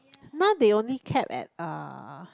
now they only capped at uh